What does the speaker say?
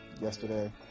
yesterday